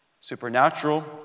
Supernatural